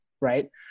right